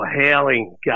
howling